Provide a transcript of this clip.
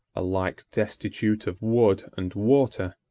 alike destitute of wood and water,